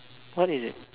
what is it